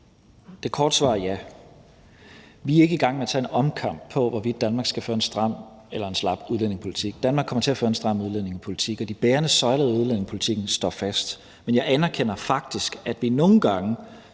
Det korte svar er ja. Vi er ikke i gang med at tage en omkamp på, hvorvidt Danmark skal føre en stram eller en slap udlændingepolitik. Danmark kommer til at føre en stram udlændingepolitik, og de bærende søjler i udlændingepolitikken står fast. Men jeg anerkender faktisk, at vi nogle gange